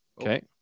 Okay